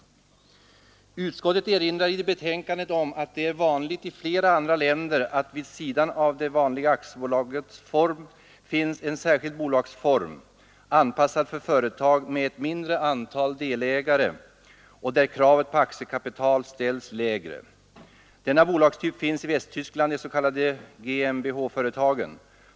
185 Utskottet erinrar i betänkandet om att det är vanligt i flera andra länder att det vid sidan av aktiebolaget finns en särskild bolagsform, anpassad för företag med ett mindre antal delägare, där kravet på aktiekapital ställs lägre. Denna bolagstyp finns i Västtyskland — de s.k. GmbH-företagen.